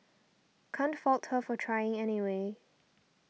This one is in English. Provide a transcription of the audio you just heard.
can't fault her for trying anyway